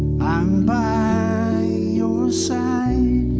i'm by your side.